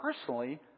personally